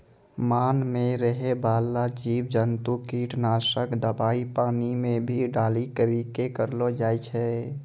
मान मे रहै बाला जिव जन्तु किट नाशक दवाई पानी मे भी डाली करी के करलो जाय छै